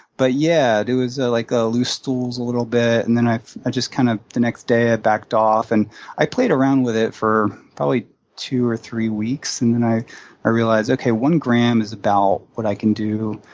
but, yeah, there were, ah like, ah loose stools a little bit, and then i just kind of the next day, i backed off, and i played around with it for probably two or three weeks. and then i i realized, okay, one gram is about what i can do